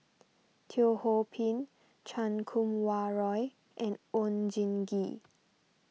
Teo Ho Pin Chan Kum Wah Roy and Oon Jin Gee